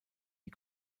die